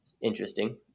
interesting